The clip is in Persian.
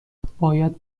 باید